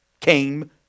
came